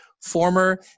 former